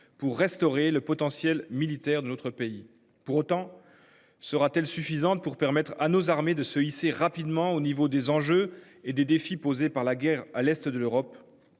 pour restaurer le potentiel militaire de notre pays pour autant. Sera-t-elle suffisante pour permettre à nos armées, de se hisser rapidement au niveau des enjeux et des défis posés par la guerre à l'Est de l'Europe.